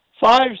five